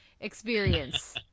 experience